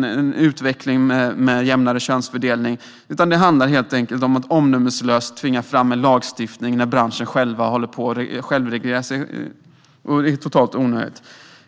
en utveckling mot jämnare könsfördelning, utan det handlar helt enkelt om att omdömeslöst tvinga fram lagstiftning när branschen håller på att självreglera sig. Det är totalt onödigt.